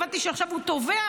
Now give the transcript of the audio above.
הבנתי שעכשיו הוא תובע,